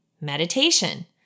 meditation